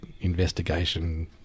investigation